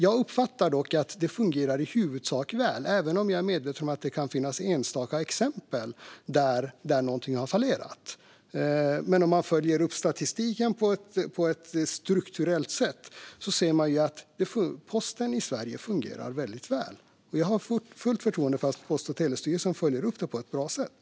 Jag uppfattar dock att detta fungerar i huvudsak väl, även om jag är medveten om att det kan finnas enstaka exempel där något har fallerat. Men om man följer upp statistiken på ett strukturellt sätt ser man att posten i Sverige fungerar väl. Jag har fullt förtroende för att Post och telestyrelsen följer upp frågorna på ett bra sätt.